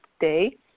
day